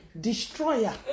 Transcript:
Destroyer